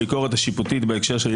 אצלי.